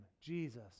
Jesus